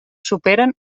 superen